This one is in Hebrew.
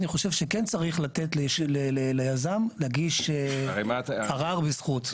אני חושב שכן צריך לתת ליזם להגיש ערר בזכות.